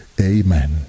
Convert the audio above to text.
amen